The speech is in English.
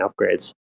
upgrades